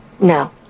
No